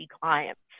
clients